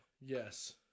Yes